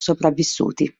sopravvissuti